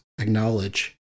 acknowledge